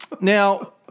Now